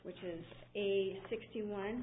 which is a sixty one